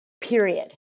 Period